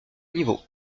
niveau